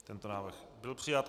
Tento návrh byl přijat.